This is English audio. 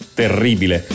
terribile